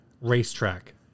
racetrack